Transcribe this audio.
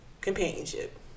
companionship